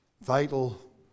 vital